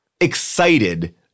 excited